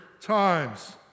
times